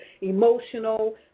emotional